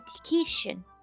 education